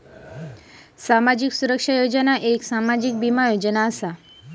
सामाजिक सुरक्षा योजना एक सामाजिक बीमा योजना असा